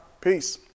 Peace